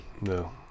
No